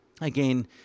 Again